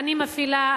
אני מפעילה,